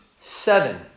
seven